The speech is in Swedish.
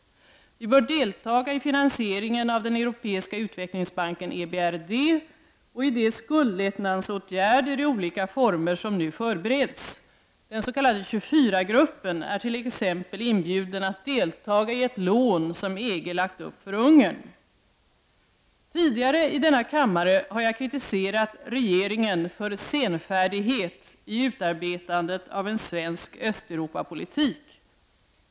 Vi bör deltaga i finansieringen av den europeiska utvecklingsbanken, EBRD, och i de skuldlättnadsåtgärder i olika former som nu förbereds. Den s.k. 24-gruppen är t.ex. inbjuden att delta i ett lån som EG lagt upp för Ungern. Tidigare i denna kammare har jag kritiserat regeringen för senfärdighet i utarbetandet av en svensk Östeuropapolitik.